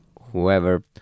whoever